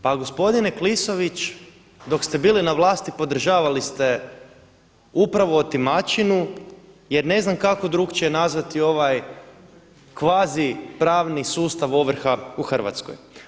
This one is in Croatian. Pa gospodine Klisović, dok ste bili na vlasti podržavali ste upravo otimačinu jer ne znam kako drukčije nazvati ovaj kvazi pravni sustav ovrha u Hrvatskoj.